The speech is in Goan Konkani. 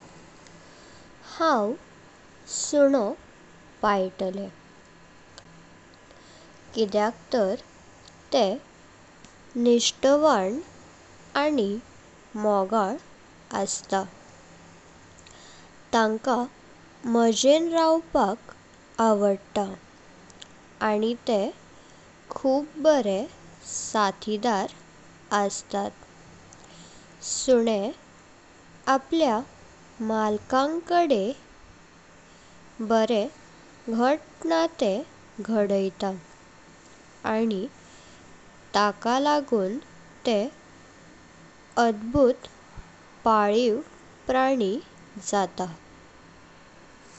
हांव सुनो पाल्टले किद्याक तार तेह निष्ठावान आनी मोगाल अस्तां। तंका माझें रावपाक आवडता आनी तेह खूब बरे साथिदार अस्तात। सुने आपल्या मालकादें बरे घट नाते घडेता आनी ताक लागुन तेह अद्भुत पालिव प्राणी जातात।